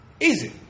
easy